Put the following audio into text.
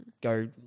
go